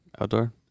Outdoor